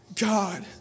God